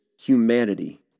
humanity